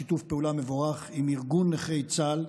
בשיתוף פעולה מבורך עם ארגון נכי צה"ל,